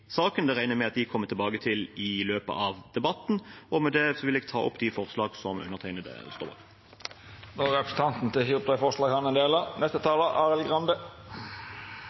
saken, det regner jeg med at de kommer tilbake til i løpet av debatten. Med det vil jeg ta opp forslaget undertegnede står bak. Representanten Gisle Meininger Saudland har teke opp det forslaget han